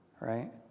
right